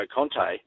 Conte